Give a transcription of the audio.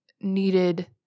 needed